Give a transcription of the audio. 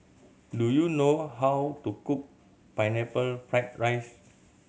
do you know how to cook Pineapple Fried rice